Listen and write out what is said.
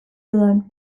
dudan